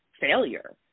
failure